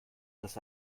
dass